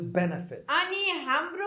benefits